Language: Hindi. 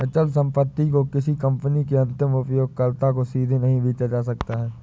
अचल संपत्ति को किसी कंपनी के अंतिम उपयोगकर्ताओं को सीधे नहीं बेचा जा सकता है